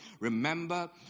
Remember